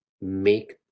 make